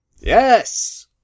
Yes